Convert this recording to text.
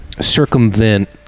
circumvent